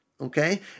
Okay